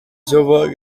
jove